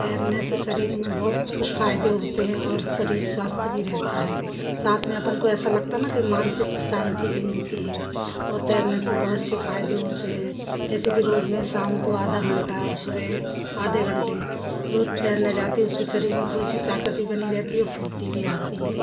तैरने से शरीर में बहुत कुछ फायदे होते हैं और शरीर स्वस्थ भी रहता है साथ में अपन को ऐसा लगता न कि मानसिक शांति भी मिलती है और तैरने से बहुत से फायदे होते हैं जैसे कि रोज मैं शाम को आधा घंटा और सुबह आधे घंटे रोज तैरने जाती हूँ उससे शरीर में थोड़ी सी ताकत भी बनी रहती है फुर्ती भी आती है